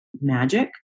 magic